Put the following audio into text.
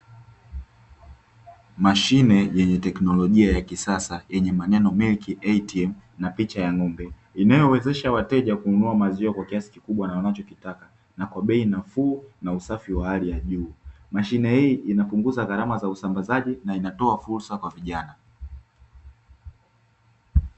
Mashine yenye teknolojia ya kisasa yenye maneno "Milk ATM", na picha ya ng'ombe inayowezesha wateja kununua maziwa kwa kiasi kikubwa na wanachokitaka na kwa bei nafuu na usafi wa hali ya juu, mashine hii inapunguza gharama za usambazaji na inatoa fursa kwa vijana.